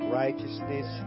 righteousness